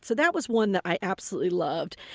so that was one that i absolutely loved